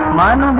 um mon um